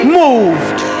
moved